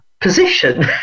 position